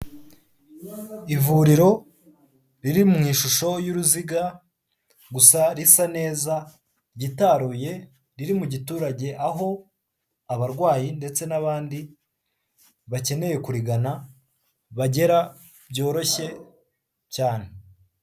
Ivuriro riri mu ishusho y'uruziga gusa risa neza ryitaruye riri mu giturage aho abarwayi ndetse n'abandi bakeneye kurigana bagera byoroshye cyane.